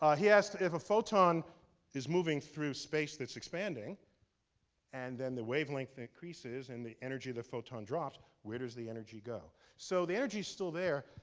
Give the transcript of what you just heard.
ah he asked if a photon is moving through space that's expanding and then the wavelength increases and the energy the photon drops, where does the energy go? so, the energy's still there.